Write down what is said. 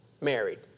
married